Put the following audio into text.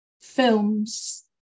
films